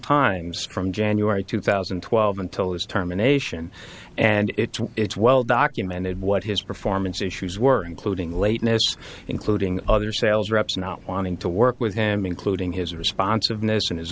times from january two thousand and twelve until his terminations and it's well documented what his performance issues were including lateness including other sales reps not wanting to work with him including his responsiveness and his